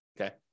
okay